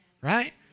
right